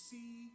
See